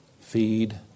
feed